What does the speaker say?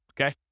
okay